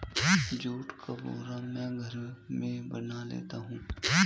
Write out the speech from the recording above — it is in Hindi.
जुट का बोरा मैं घर में बना लेता हूं